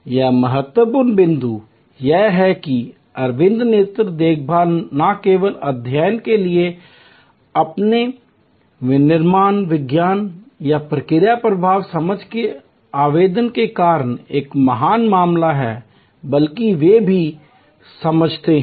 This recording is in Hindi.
यहां महत्वपूर्ण बिंदु यह है कि अरविंद नेत्र देखभाल न केवल अध्ययन के अपने विनिर्माण विज्ञान या प्रक्रिया प्रवाह समझ के आवेदन के कारण एक महान मामला है बल्कि वे भी समझते हैं